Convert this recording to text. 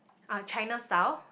uh China style